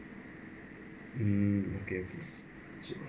mm okay okay so